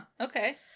Okay